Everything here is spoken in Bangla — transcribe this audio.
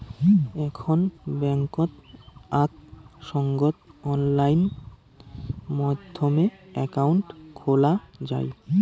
এখন বেংকত আক সঙ্গত অনলাইন মাধ্যমে একাউন্ট খোলা যাই